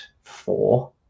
four